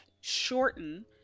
shorten